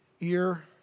ear